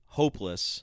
hopeless